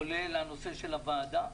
כולל הנושא של הוועדה,